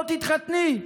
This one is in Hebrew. לא תתחתני.